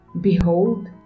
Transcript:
Behold